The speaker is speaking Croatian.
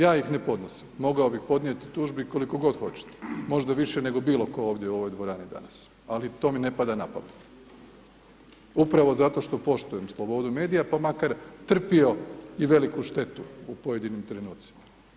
Ja ih ne podnosim, mogao bi podnijeti tužbi koliko god hoćete, možda više nego bilo tko ovdje u ovoj dvorani danas ali to mi ne pada na pamet, upravo zato što poštujemo slobodu medija pa makar trpio i veliku štetu u pojedinim trenucima.